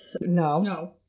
No